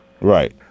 Right